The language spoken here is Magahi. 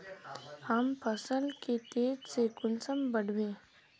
हम फसल के तेज से कुंसम बढ़बे?